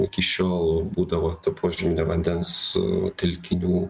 iki šiol būdavo to požeminio vandens telkinių